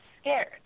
scared